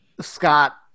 Scott